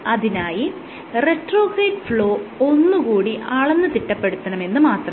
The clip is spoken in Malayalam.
അതിനായി റിട്രോഗ്രേഡ് ഫ്ലോ ഒന്നുകൂടി അളന്ന് തിട്ടപ്പെടുത്തണമെന്ന് മാത്രം